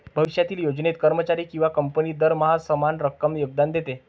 भविष्यातील योजनेत, कर्मचारी किंवा कंपनी दरमहा समान रक्कम योगदान देते